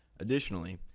additionally,